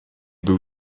był